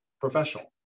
professional